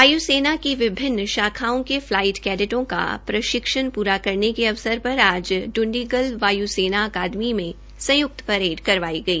वायु सेना की विभिन्न शाखाओं के फलाईट कैडेटों का प्रशिक्षण प्ररा होने के अवसर पर आज डुंडीगल वायु सेना अकादमी में संयुक्त परेड करवाई गई